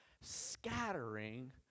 scattering